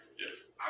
Yes